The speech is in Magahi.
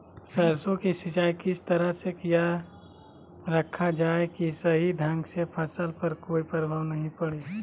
सरसों के सिंचाई किस तरह से किया रखा जाए कि सही ढंग से फसल पर कोई प्रभाव नहीं पड़े?